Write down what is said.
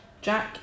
Jack